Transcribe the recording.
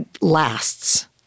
lasts